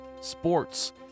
sports